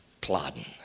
plodding